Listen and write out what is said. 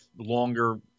longer